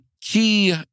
key